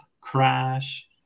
crash